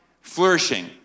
flourishing